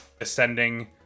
ascending